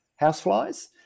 houseflies